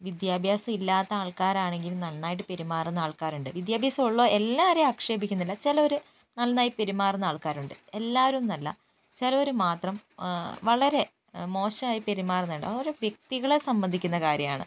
വിദ്യാഭ്യാസം ഇല്ലാത്ത ആൾക്കാരാണെങ്കിൽ നന്നായിട്ട് പെരുമാറുന്ന ആൾക്കാരുണ്ട് വിദ്യാഭ്യാസം ഉള്ള എല്ലാവരേയും ആക്ഷേപിക്കുന്നില്ല ചിലവർ നന്നായി പെരുമാറുന്ന ആൾക്കാരുണ്ട് എല്ലാവരുമൊന്നുമല്ല ചിലവർ മാത്രം വളരെ മോശമായി പെരുമാറുന്നുണ്ട് അത് ഓരോ വ്യക്തികളെ സംബന്ധിക്കുന്ന കാര്യമാണ്